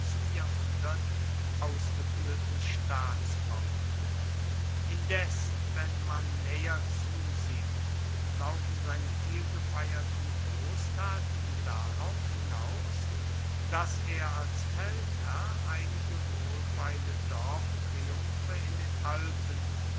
jahrhundert ausgeführten staatsbauten indes wenn man näher zusieht laufen seine vielgefeierten großtaten darauf hinaus daß er als feldherr einige wohlfeile dorftriumphe in den alpen